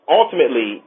ultimately